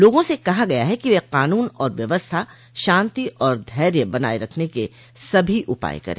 लोगों से कहा गया है कि वे कानून और व्यवस्था शान्ति और धैर्य बनाये रखने के सभी उपाय करें